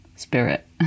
Spirit